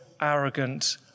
arrogant